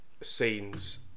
scenes